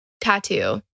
tattoo